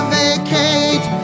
vacate